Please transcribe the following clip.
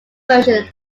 version